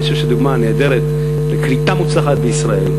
אני חושב שאת דוגמה נהדרת לקליטה מוצלחת בישראל,